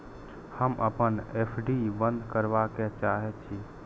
हम अपन एफ.डी बंद करबा के चाहे छी